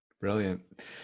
Brilliant